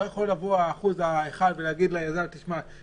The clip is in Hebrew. לא יכול לבוא האחוז האחד ולהגיד ליזם: תשמע,